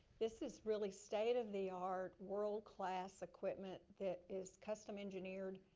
this is really state of the art world-class equipment that is custom engineered.